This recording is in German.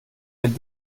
wenn